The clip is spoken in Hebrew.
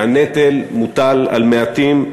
שהנטל מוטל על מעטים,